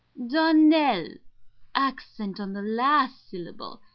donnell. accent on the last syllable.